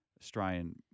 Australian